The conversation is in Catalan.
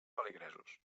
feligresos